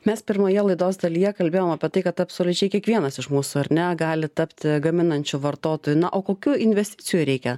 mes pirmoje laidos dalyje kalbėjom apie tai kad absoliučiai kiekvienas iš mūsų ar ne gali tapti gaminančiu vartotoju na o kokių investicijų reikia